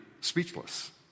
speechless